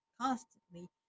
constantly